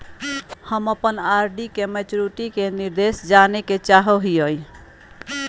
हम अप्पन आर.डी के मैचुरीटी के निर्देश जाने के चाहो हिअइ